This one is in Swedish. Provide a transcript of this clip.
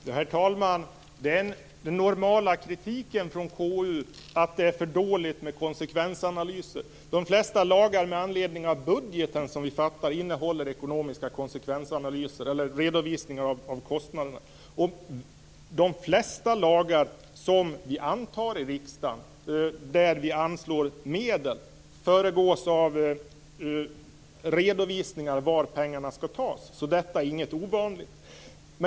Herr talman! Normalt är kritiken från KU att det är för dåligt med konsekvensanalyser. De flesta lagar med anledning av budgeten som vi fattar beslut om innehåller ekonomiska konsekvensanalyser/redovisningar av kostnaderna. De flesta lagar som antas här i riksdagen - dvs. då vi anslår medel - föregås av redovisningar om var pengarna skall tas. Detta är alltså inte ovanligt.